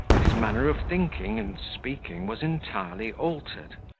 that his manner of thinking and speaking was entirely altered.